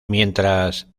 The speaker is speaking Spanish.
mientras